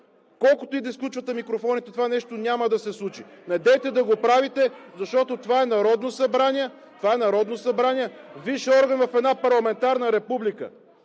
Колкото и да изключвате микрофоните, това няма да се случи. Недейте да го правите, защото това е Народното събрание – висшият орган в една парламентарна република.